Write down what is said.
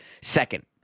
second